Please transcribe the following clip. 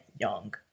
young